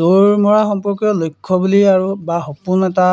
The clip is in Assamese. দৌৰ মৰা সম্পৰ্কীয় লক্ষ্য বুলি আৰু বা সপোন এটা